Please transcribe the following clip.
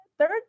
Third